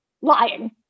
lying